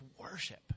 worship